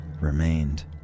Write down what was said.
remained